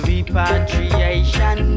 Repatriation